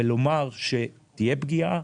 כדי לומר שתהיה פגיעה,